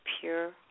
pure